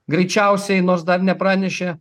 greičiausiai nors dar nepranešė